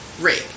Rape